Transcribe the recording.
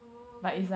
orh okay